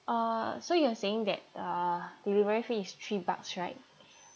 uh so you are saying that uh delivery fee is three bucks right